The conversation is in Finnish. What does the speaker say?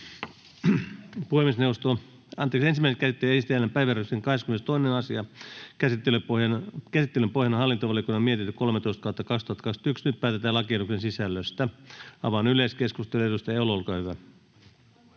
Content: Ensimmäiseen käsittelyyn esitellään päiväjärjestyksen 22. asia. Käsittelyn pohjana on hallintovaliokunnan mietintö HaVM 13/2021 vp. Nyt päätetään lakiehdotuksen sisällöstä. — Avaan yleiskeskustelun. Edustaja Purra, olkaa hyvä.